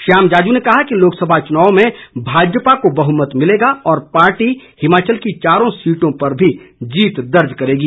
श्याम जाजू ने कहा कि लोकसभा चुनाव में भाजपा को बहुमत मिलेगा और पार्टी हिमाचल की चारों सीटों पर भी जीत दर्ज करेगी